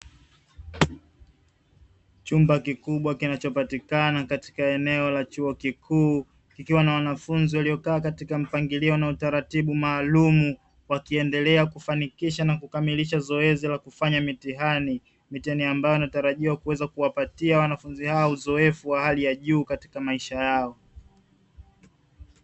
Chumba kikubwa kinachopatikana katika eneo la chuo kikuu, kikiwa na wanafunzi waliokaa katika mpangilio na utaratibu maalumu, wakiendelea kufanikisha na kukamilisha zoezi la kufanya mitihani. Mitihani ambayo inatarajiwa kuweza kuwapatia wanafunzi hao uzoefu wa hali ya juu katika maisha yao.